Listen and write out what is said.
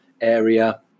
area